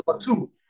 two